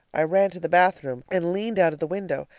i ran to the bathroom and leaned out of the window.